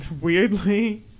weirdly